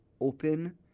open